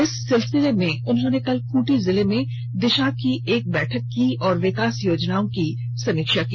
इस सिलसिले में उन्होंने कल खूंटी जिले में दिशा की एक बैठक की और विकास योजनाओं की समीक्षा की